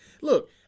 Look